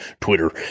twitter